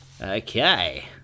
Okay